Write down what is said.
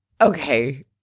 Okay